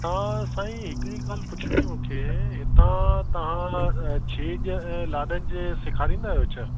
हा साईं हिकिड़ी ॻाल्हि पुछिणी मूंखे हितां तव्हां छेॼ ऐं लाॾनि जे सेखारींदा आहियो छा